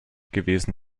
gewesen